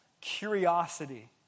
curiosity